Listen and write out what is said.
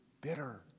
bitter